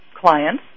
clients